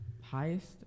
Highest